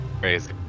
Crazy